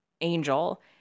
Angel